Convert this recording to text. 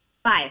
Five